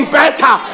better